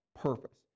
purpose